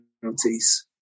penalties